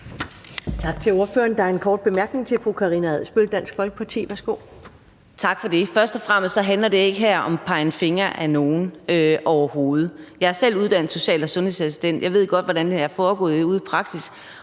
Tak til ordføreren. Der er en kort bemærkning fra fru Karina Adsbøl, Dansk Folkeparti. Værsgo. Kl. 12:13 Karina Adsbøl (DF): Tak for det. Først og fremmest handler det her overhovedet ikke om at pege fingre af nogen. Jeg er selv uddannet social- og sundhedsassistent, og jeg ved godt, hvordan det her foregår ude i praksis,